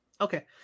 Okay